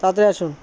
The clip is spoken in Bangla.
তাড়াতাড়ি আসুন